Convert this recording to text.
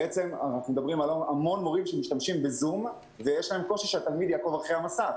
המון מורים שמשתמשים בזום ויש קושי לתלמיד לעקוב אחרי המסך,